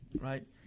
right